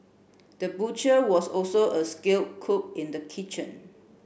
the butcher was also a skilled cook in the kitchen